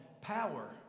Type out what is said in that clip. power